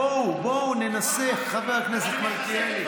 בואו ננסה, חבר הכנסת מלכיאלי.